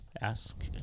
ask